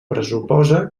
pressuposa